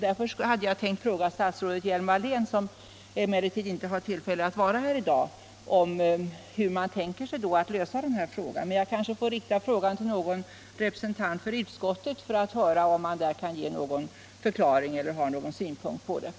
Därför hade jag tänkt ställa en fråga till statsrådet Hjelm-Wallén, som emellertid inte har tillfälle att vara här i dag, om hur man då tänker sig att lösa denna fråga. Men jag karlske får rikta den frågan till någon representant för utskottet i stället. Har man i utskottet någon förklaring till eller några synpunkter på detta?